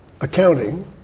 accounting